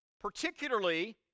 particularly